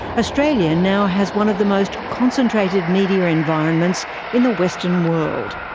australia now has one of the most concentrated media environments in the western world.